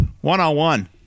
one-on-one